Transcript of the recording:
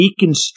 deconstruct